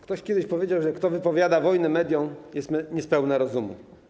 Ktoś kiedyś powiedział, że kto wypowiada wojnę mediom, jest niespełna rozumu.